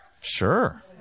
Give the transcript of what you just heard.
Sure